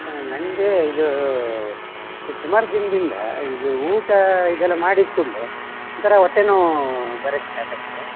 ಹಾಂ ನನಗೆ ಇದು ಸುಮಾರು ದಿನದಿಂದ ಇದು ಊಟ ಇದೆಲ್ಲ ಮಾಡಿದ ಕೂಡಲೆ ಒಂಥರ ಹೊಟ್ಟೆ ನೋವು ಬರಕ್ಕೆ ಸ್ಟಾರ್ಟ್ ಆಗಿದೆ